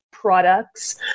products